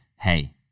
hey